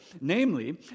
Namely